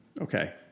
Okay